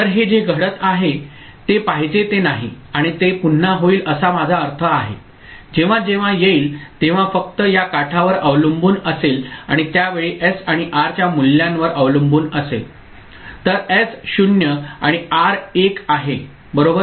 तर हे जे घडत आहे ते पाहिजे ते नाही आणि ते पुन्हा होईल असा माझा अर्थ आहे जेव्हा जेव्हा येईल तेव्हा फक्त या काठावर अवलंबून असेल आणि त्या वेळी एस आणि आर च्या मूल्यांवर अवलंबून असेल तर एस 0 आणि आर 1 आहे बरोबर